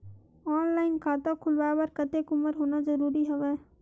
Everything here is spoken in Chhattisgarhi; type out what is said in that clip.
ऑनलाइन खाता खुलवाय बर कतेक उमर होना जरूरी हवय?